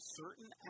certain